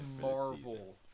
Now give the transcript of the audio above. marvel